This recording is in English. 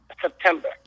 September